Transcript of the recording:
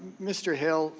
mr. hill